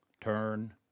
Turn